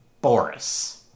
Boris